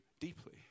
deeply